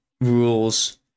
rules